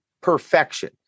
perfection